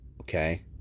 okay